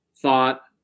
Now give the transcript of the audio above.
thought